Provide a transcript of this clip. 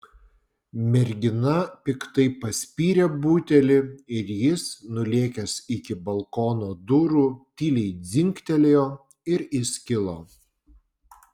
mergina piktai paspyrė butelį ir jis nulėkęs iki balkono durų tyliai dzingtelėjo ir įskilo